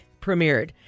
premiered